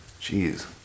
Jeez